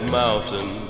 mountain